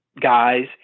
guys